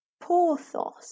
Porthos